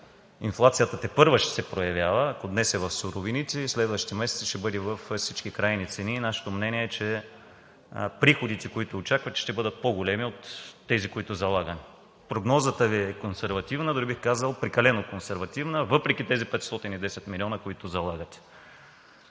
Инфлацията тепърва ще се проявява – ако днес е в суровините, следващите месеци ще бъде във всички крайни цени. Нашето мнение е, че приходите, които очаквате, ще бъдат по-големи от тези, които залагаме. Прогнозата Ви е консервативна, дори бих казал, прекалено консервативна, въпреки тези 510 милиона, които залагате,